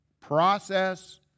process